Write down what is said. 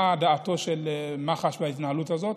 מה דעת מח"ש בהתנהלות הזאת?